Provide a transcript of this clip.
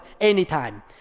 anytime